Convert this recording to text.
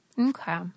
Okay